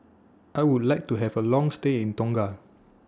I Would like to Have A Long stay in Tonga